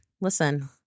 listen –